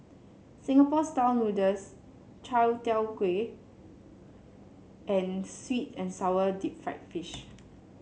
Singapore style noodles Chai Tow Kway and sweet and sour Deep Fried Fish